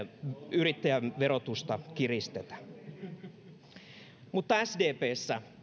yrittäjäverotusta kiristetä sdpssä